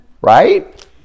Right